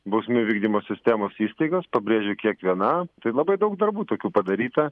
bausmių vykdymo sistemos įstaigos pabrėžiu kiekviena tai labai daug darbų tokių padaryta